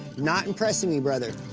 not impressing me, brother.